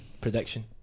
Prediction